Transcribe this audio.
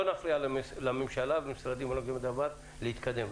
לא נפריע לממשלה ולמשרדים הנוגעים בדבר להתקדם,